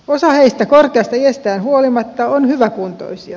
osa heistä korkeasta iästään huolimatta on hyväkuntoisia